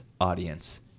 audience